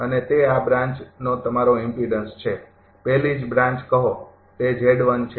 અને તે આ બ્રાન્ચ નો તમારો ઇમ્પીડન્સ છે પહેલી જ બ્રાન્ચ કહો તે છે